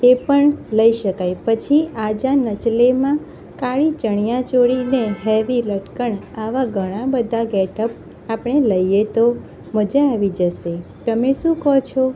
એ પણ લઈ શકાય પછી આ જા નચ લેમાં કાળી ચણિયા ચોળીને હેવી લટકણ આવા ઘણા બધા ગેટઅપ આપણે લઈએ તો મજા આવી જશે તમે શું કહો છો